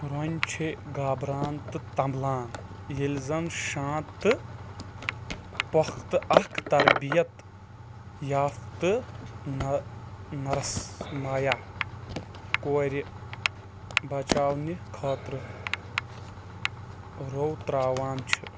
روٚنۍ چھے گابران تہٕ تمبلان ییٚلہِ زن شانٛت تہٕ پۄختہٕ اکھ تربیت یافتہٕ نہ نرس مایا کورِ بچاونہٕ خٲطرٕ روٚو تراوان چھ